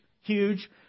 huge